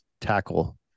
tackle